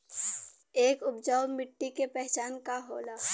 एक उपजाऊ मिट्टी के पहचान का होला?